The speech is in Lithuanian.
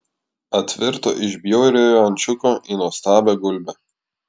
atvirto iš bjauriojo ančiuko į nuostabią gulbę